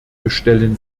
bestellen